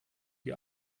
die